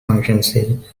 function